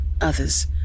others